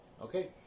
Okay